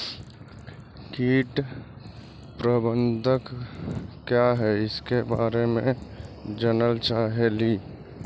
कीट प्रबनदक क्या है ईसके बारे मे जनल चाहेली?